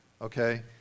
Okay